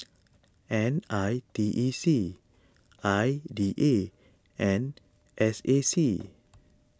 N I T E C I D A and S A C